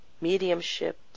mediumship